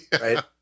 Right